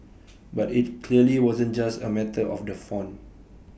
but IT clearly wasn't just A matter of the font